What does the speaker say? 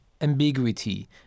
ambiguity